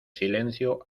silencio